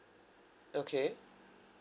okay